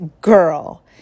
girl